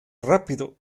rápido